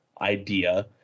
idea